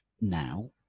Now